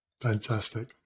Fantastic